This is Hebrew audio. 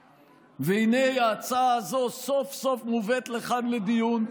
והינה, ההצעה הזו סוף-סוף מובאת לכאן לדיון.